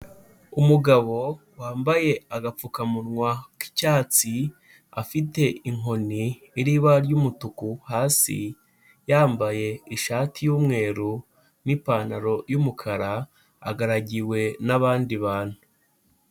Umugabo wambaye agapfukamunwa k'icyatsi, afite inkoni iriho ibara ry'umutuku hasi. Yambaye ishati y'umweru n'ipantaro y'umukara agaragiwe n'abandi bantu.